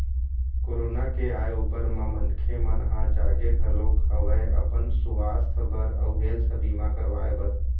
corona के आय ऊपर म मनखे मन ह जागे घलोक हवय अपन सुवास्थ बर अउ हेल्थ बीमा करवाय बर